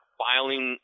filing